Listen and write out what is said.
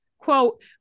quote